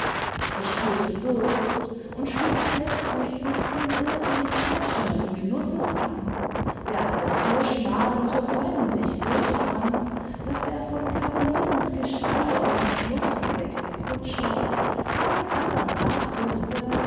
es spürte durst und schlug selbstsüchtig den irrweg täuschenden genusses ein der aber so schmal unter bäumen sich durchwand daß der von carolinens geschrei aus dem schlummer geweckte kutscher keinen andern rath wußte